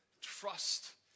trust